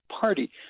party